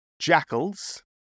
jackals